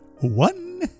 One